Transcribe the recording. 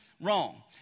wrong